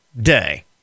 Day